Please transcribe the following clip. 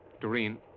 Doreen